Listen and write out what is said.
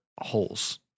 Holes